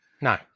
No